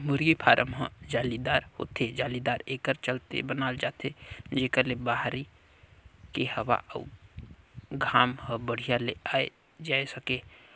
मुरगी फारम ह जालीदार होथे, जालीदार एकर चलते बनाल जाथे जेकर ले बहरी के हवा अउ घाम हर बड़िहा ले आये जाए सके